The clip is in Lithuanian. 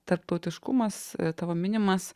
tarptautiškumas tavo minimas